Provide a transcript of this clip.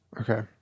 okay